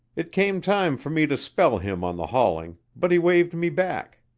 it came time for me to spell him on the hauling, but he waved me back.